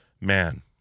man